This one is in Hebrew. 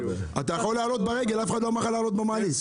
אתה יכול לעלות ברגל אף אחד לא אמר לך לעלות במעלית.